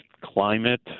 climate